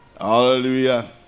Hallelujah